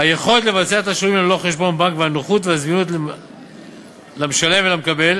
היכולת לבצע תשלומים ללא חשבון בנק והנוחות והזמינות למשלם ולמקבל,